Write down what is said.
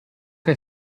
che